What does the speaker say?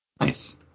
Nice